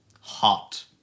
Hot